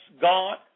God